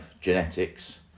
genetics